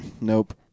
nope